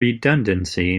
redundancy